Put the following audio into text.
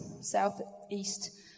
south-east